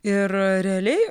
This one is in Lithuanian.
ir realiai